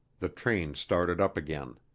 the train started up again.